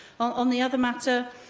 on the other matter,